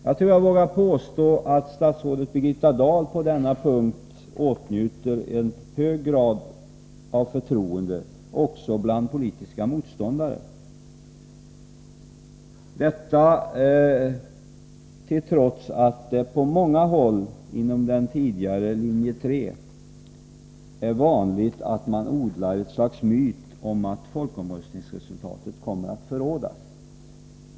Jag tror att jag vågar påstå att statsrådet Birgitta Dahl på denna punkt åtnjuter en hög grad av förtroende också bland politiska motståndare, detta trots att det på många håll inom den tidigare linje 3 är vanligt att man odlar ett slags myt om att folkomröstningens resultat kommer att förrådas.